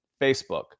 Facebook